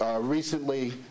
recently